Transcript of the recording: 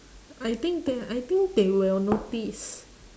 I think they're I think they will notice